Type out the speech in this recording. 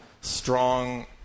strong